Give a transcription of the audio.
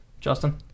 Justin